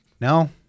No